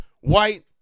white